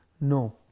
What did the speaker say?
No